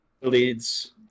leads